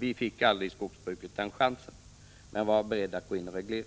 Vi fick inom skogsbruket aldrig den chansen, men vi var beredda att genomföra sådana åtgärder.